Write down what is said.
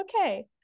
okay